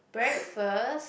breakfast